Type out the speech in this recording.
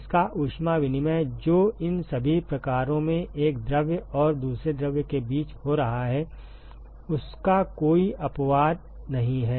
इसका ऊष्मा विनिमय जो इन सभी प्रकारों में एक द्रव और दूसरे द्रव के बीच हो रहा है उसका कोई अपवाद नहीं है